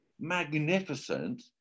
magnificent